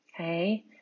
Okay